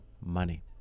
money